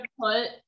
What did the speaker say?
put